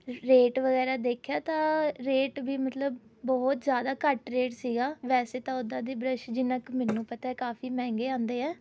rate ਵਗੈਰਾ ਦੇਖਿਆ ਤਾਂ ਰੇਟ ਵੀ ਮਤਲਬ ਬਹੁਤ ਜ਼ਿਆਦਾ ਘੱਟ ਰੇਟ ਸੀਗਾ ਵੈਸੇ ਤਾਂ ਉਦਾਂ ਦੇ ਬਰੱਸ਼ ਜਿੰਨਾ ਕੁ ਮੈਨੂੰ ਪਤਾ ਕਾਫੀ ਮਹਿੰਦੇ ਆਉਂਦੇ ਹੈ